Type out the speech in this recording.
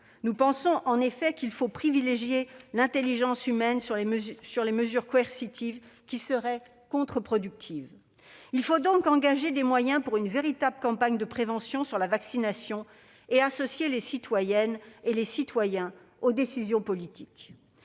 Nous pensons en effet qu'il faut privilégier l'intelligence humaine sur les mesures coercitives qui seraient contre-productives. Il faut donc engager des moyens pour une véritable campagne de prévention sur la vaccination et associer les citoyennes et les citoyens aux décisions politiques.